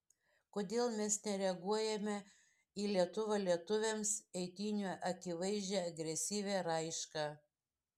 kodėl mes nereaguojame į lietuva lietuviams eitynių akivaizdžią agresyvią raišką